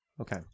Okay